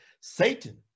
Satan